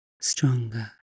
stronger